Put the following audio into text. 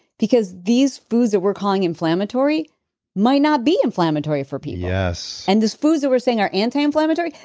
because these foods that we're calling inflammatory might not be inflammatory for people yes and these foods that we're saying are anti-inflammatory,